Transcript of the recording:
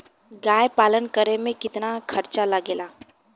गाय पालन करे में कितना खर्चा लगेला?